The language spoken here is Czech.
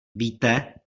víte